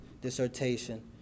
dissertation